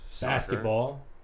basketball